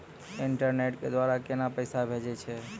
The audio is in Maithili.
इंटरनेट के द्वारा केना पैसा भेजय छै?